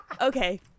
okay